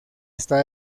está